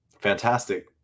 fantastic